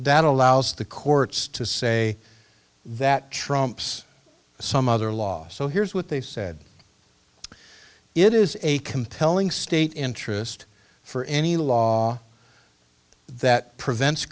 that allows the courts to say that trumps some other law so here's what they said it is a compelling state interest for any law that prevents